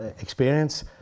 experience